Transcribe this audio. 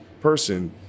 person